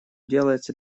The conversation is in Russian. делается